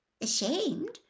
Ashamed